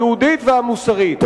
הדרך היהודית והמוסרית.